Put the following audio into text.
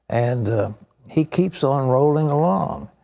and he keeps on rolling along.